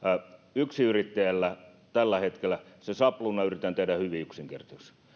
yksinyrittäjälle tällä hetkellä se sapluuna yritetään tehdä hyvin yksinkertaiseksi